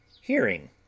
Hearing